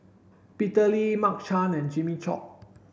Peter Lee Mark Chan and Jimmy Chok